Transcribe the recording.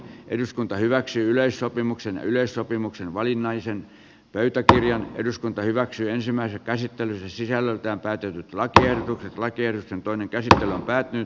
eduskunta hyväksyi yleissopimuksen yleissopimuksen valinnaisen pöytäkirjan eduskunta hyväksyi ensimmäisen käsittelyn sisällöltään päätynyt latujen lakien sen toinen kerta päättyy